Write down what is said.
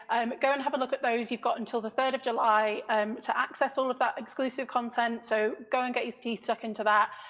um go and have a look at those. you've got until the third of july um to access all of but that exclusive content so go and get your teeth stuck into that.